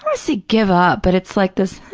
um say give up, but it's like this,